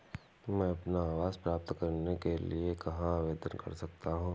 मैं अपना आवास प्राप्त करने के लिए कहाँ आवेदन कर सकता हूँ?